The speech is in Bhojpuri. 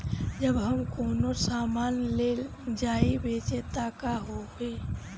जब हम कौनो सामान ले जाई बेचे त का होही?